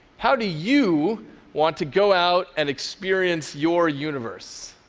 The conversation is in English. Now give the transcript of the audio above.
how do you want to go out and experience your universe?